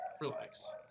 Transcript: relax